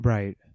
Right